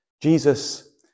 Jesus